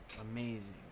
amazing